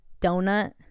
donut